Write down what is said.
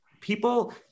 people